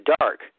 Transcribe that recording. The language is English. dark